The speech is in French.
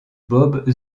bob